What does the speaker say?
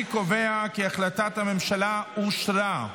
אני קובע כי החלטת הממשלה אושרה.